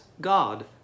god